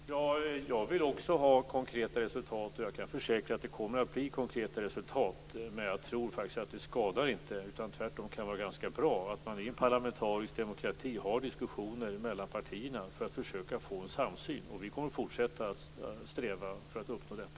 Fru talman! Jag vill också ha konkreta resultat, och jag kan försäkra att det kommer att bli konkreta resultat. Men jag tror faktiskt att det inte skadar, utan tvärtom kan vara ganska bra, att man i en parlamentarisk demokrati har diskussioner mellan partierna för att försöka få en samsyn. Vi kommer att fortsätta att sträva efter att uppnå detta.